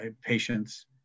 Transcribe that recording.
Patients